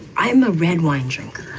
i'm a red wine drinker